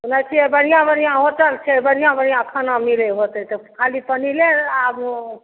सुनै छिए बढ़िआँ बढ़िआँ होटल छै बढ़िआँ बढ़िआँ खाना मिलै होतै तऽ खाली पनीरे आब ओ